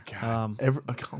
god